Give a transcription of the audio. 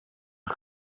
een